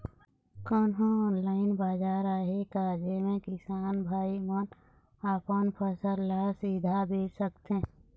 कोन्हो ऑनलाइन बाजार आहे का जेमे किसान भाई मन अपन फसल ला सीधा बेच सकथें?